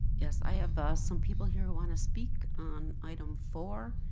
yes, i have some people here who want to speak on item four.